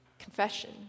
Confession